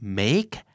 make